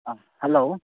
hello